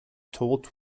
told